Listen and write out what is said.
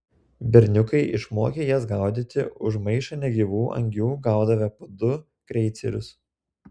berniukai išmokę jas gaudyti už maišą negyvų angių gaudavę po du kreicerius